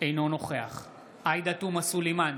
אינו נוכח עאידה תומא סלימאן,